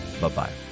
bye-bye